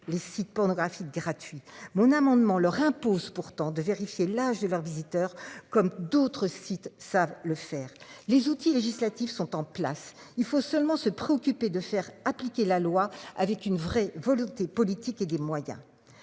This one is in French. les sites pornographiques gratuits mon amendement leur impose pourtant de vérifier l'âge de leurs visiteurs. Comme d'autres sites savent le faire les outils législatifs sont en place, il faut seulement se préoccuper de faire appliquer la loi avec une vraie volonté politique et des moyens.